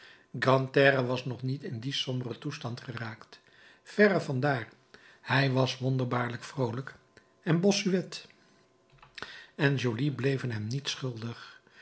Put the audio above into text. grantaire was nog niet in dien somberen toestand geraakt verre van daar hij was wonderbaarlijk vroolijk en bossuet en joly bleven hem niets schuldig